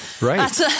Right